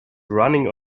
running